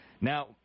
Now